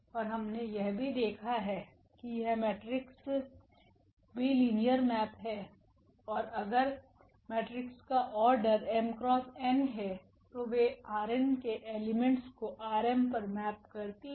और हमने यह भी देखा है कि यह मेट्रिक्स भी लिनियर मेप हैं और अगर मेट्रिक्स का ऑर्डर 𝑚×𝑛है तो वे ℝ𝑛 के एलिमेंट्स को ℝ𝑚 पर मैप करती है